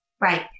right